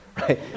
right